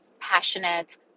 passionate